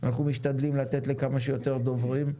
ואנחנו משתדלים לתת לכמה שיותר דוברים.